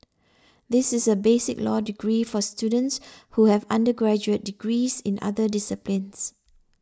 this is a basic law degree for students who have undergraduate degrees in other disciplines